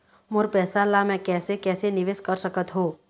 मोर पैसा ला मैं कैसे कैसे निवेश कर सकत हो?